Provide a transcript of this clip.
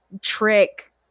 trick